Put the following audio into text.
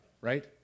right